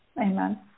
Amen